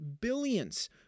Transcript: billions